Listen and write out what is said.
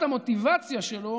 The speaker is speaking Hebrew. זאת המוטיבציה שלו,